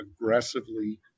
aggressively